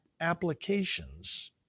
applications